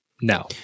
no